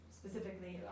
specifically